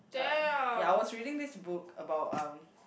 uh ya I was reading this book about um